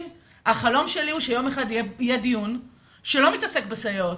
החלום שלי הוא שיום אחד יהיה דיון שלא מתעסק בסייעות